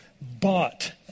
bought